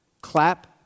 Clap